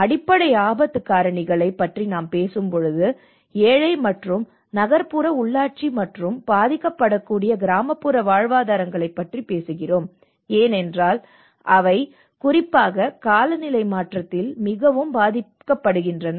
அடிப்படை ஆபத்து காரணிகளைப் பற்றி நாம் பேசும்போது ஏழை மற்றும் நகர்ப்புற உள்ளாட்சி மற்றும் பாதிக்கப்படக்கூடிய கிராமப்புற வாழ்வாதாரங்களைப் பற்றி பேசுகிறோம் ஏனென்றால் அவை குறிப்பாக காலநிலை மாற்றத்தால் மிகவும் பாதிக்கப்படுகின்றன